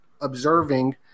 observing